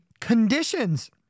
conditions